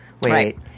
wait